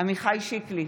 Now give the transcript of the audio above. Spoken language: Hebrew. עמיחי שיקלי,